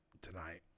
tonight